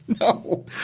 No